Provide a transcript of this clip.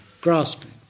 grasping